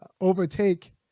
overtake